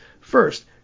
First